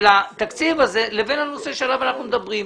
התקציב הזה לבין הנושא עליו אנחנו מדברים.